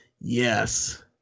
Yes